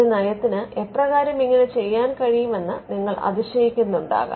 ഒരു നയത്തിന് എപ്രകാരം ഇങ്ങനെ ചെയ്യാൻ കഴിയും എന്ന് നിങ്ങൾ അതിശയിക്കുന്നുണ്ടാകാം